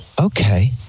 okay